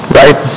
right